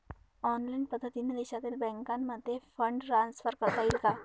Online पद्धतीने देशातील बँकांमध्ये फंड ट्रान्सफर करता येईल का?